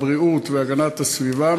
הבריאות והגנת הסביבה,